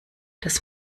dass